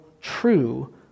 true